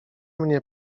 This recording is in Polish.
mnie